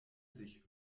sich